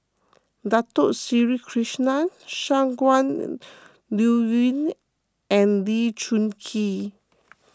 Dato Sri Krishna Shangguan Liuyun and Lee Choon Kee